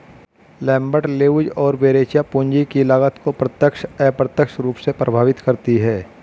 Lambert, Leuz और Verrecchia, पूंजी की लागत को प्रत्यक्ष, अप्रत्यक्ष रूप से प्रभावित करती है